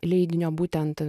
leidinio būtent